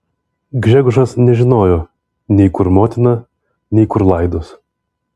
gžegožas nežinojo nei kur motina nei kur laidos